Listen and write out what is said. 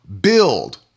build